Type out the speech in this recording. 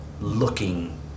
looking